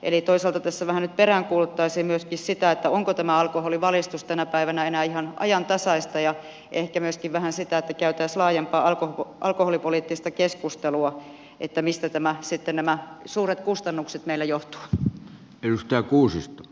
eli toisaalta tässä nyt vähän peräänkuuluttaisin myöskin sitä onko alkoholivalistus tänä päivänä enää ihan ajantasaista ja ehkä myöskin vähän sitä että käytäisiin laajempaa alkoholipoliittista keskustelua mistä nämä suuret kustannukset meillä johtuvat